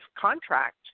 contract